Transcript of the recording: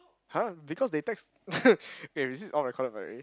!huh! because they text eh this is all recorded right